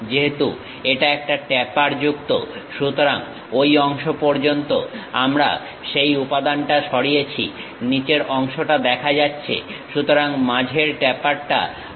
যেহেতু এটা একটা ট্যাপার যুক্ত সুতরাং ঐ অংশ পর্যন্ত আমরা সেই উপাদানটা সরিয়েছি নিচের অংশটা দেখা যাচ্ছে শুধুমাত্র মাঝের ট্যাপারটা আমরা সরিয়েছি